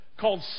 called